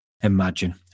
Imagine